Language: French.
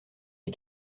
des